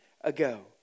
ago